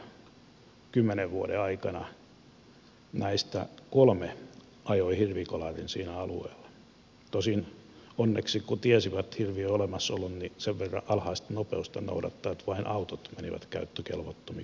vajaan kymmenen vuoden aikana näistä kolme ajoi hirvikolarin siinä alueella tosin onneksi kun tiesivät hirvien olemassaolon sen verran alhaista nopeutta noudattaen että vain autot menivät käyttökelvottomiksi mutta ihmishenget säilyivät